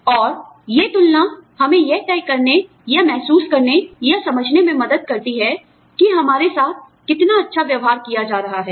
और ये तुलना हमें यह तय करने या महसूस करने या समझने में मदद करती है कि हमारे साथ कितना अच्छा व्यवहार किया जा रहा है